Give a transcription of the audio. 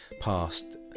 past